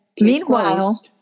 Meanwhile